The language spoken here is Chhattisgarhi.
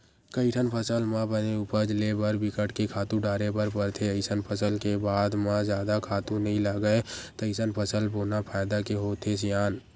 कइठन फसल म बने उपज ले बर बिकट के खातू डारे बर परथे अइसन फसल के बाद म जादा खातू नइ लागय तइसन फसल बोना फायदा के होथे सियान